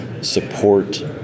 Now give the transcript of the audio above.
support